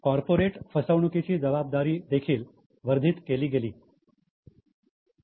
corporate फसवणूकीची जबाबदारी देखील वर्धित केली गेली